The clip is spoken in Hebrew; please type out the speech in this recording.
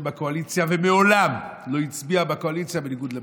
בקואליציה ומעולם לא הצביעה בקואליציה בניגוד למצפונה,